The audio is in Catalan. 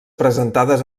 presentades